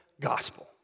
gospel